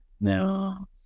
Now